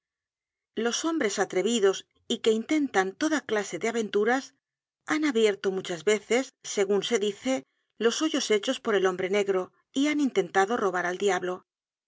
los hombres atrevidos y que intentan toda clase de aventuras han abierto muchas veces segun se dice los hoyos hechos por el hombre negro y han intentado robar al diablo